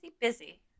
busy